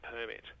permit